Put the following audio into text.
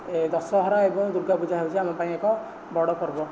ଦଶହରା ଏବଂ ଦୁର୍ଗାପୂଜା ହେଉଛି ଆମ ପାଇଁ ଏକ ବଡ଼ପର୍ବ